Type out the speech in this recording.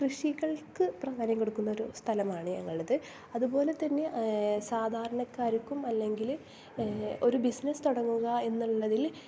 കൃഷികൾക്ക് പ്രാധാന്യം കൊടുക്കുന്നൊരു സ്ഥലമാണ് ഞങ്ങളത് അതുപോലെതന്നെ സാധാരണക്കാർക്കും അല്ലെങ്കിൽ ഒരു ബിസിനസ്സ് തുടങ്ങുക എന്നുള്ളതിൽ